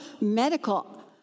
medical